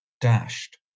dashed